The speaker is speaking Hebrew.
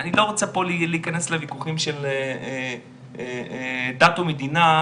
אני לא רוצה פה להיכנס לויכוחים של דת ומדינה,